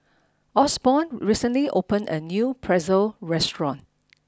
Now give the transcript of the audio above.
Osborn recently opened a new Pretzel restaurant